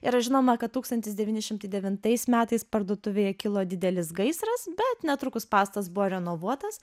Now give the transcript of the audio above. yra žinoma kad tūkstantis devyni šimtai devintais metais parduotuvėj kilo didelis gaisras bet netrukus pastatas buvo renovuotas